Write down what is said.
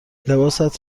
لباست